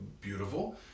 beautiful